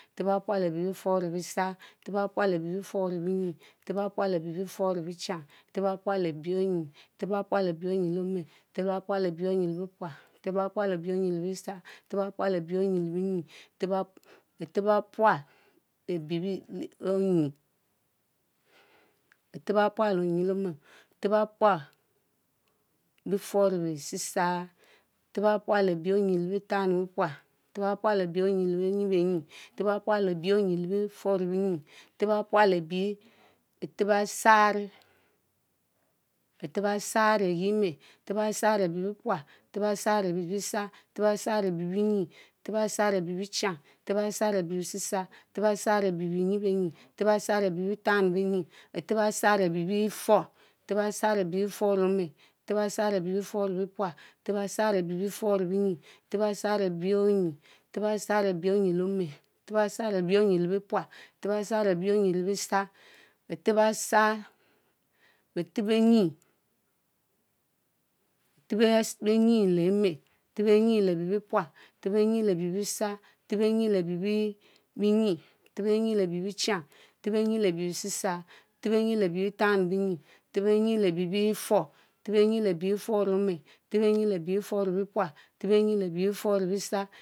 Betep bapual lebi biefurr lebiesarr, Betep bapual lebi biefurr le bienyie, Betep bapual lebi biefurr le biechan, Betep bapual lebi onyie, Betep bapual lebi onyie le ime, Betep bapual lebi onyie lebie pual, Betep bapual lebi onyie le biesarr, Betep bapual lebi onyie le bienyie,